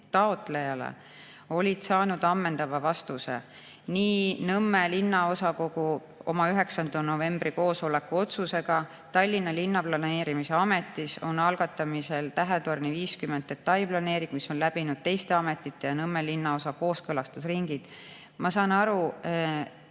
taotlejale esitas, olid saanud ammendava vastuse Nõmme linnaosakogu 9. novembri koosoleku otsusega. Tallinna Linnaplaneerimise Ametis on algatamisel Tähetorni 50 detailplaneering, mis on läbinud teiste ametite ja Nõmme linnaosa kooskõlastusringid. Ma saan aru, hea